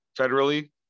federally